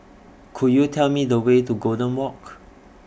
Could YOU Tell Me The Way to Golden Walk